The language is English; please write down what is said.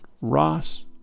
Ross